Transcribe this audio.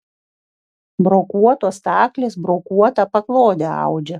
brokuotos staklės brokuotą paklodę audžia